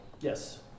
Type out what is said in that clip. Yes